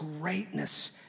greatness